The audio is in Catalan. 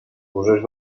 rosers